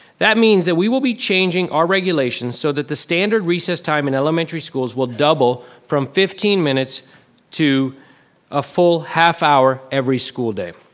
that means that we will be changing our regulations so that the standard recess time in elementary schools will double from fifteen minutes to a full half hour every school day.